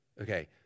Okay